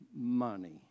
money